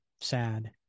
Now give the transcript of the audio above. sad